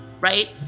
right